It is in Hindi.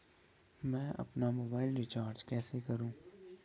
मैं अपना मोबाइल रिचार्ज कैसे करूँ?